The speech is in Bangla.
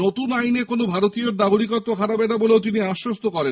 নতুন আইনে কোনো ভারতীয়র নাগরিকত্ব হারাবে না বলেও তিনি আশ্বস্ত করেন